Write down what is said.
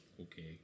Okay